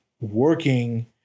working